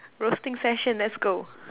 roasting session let's go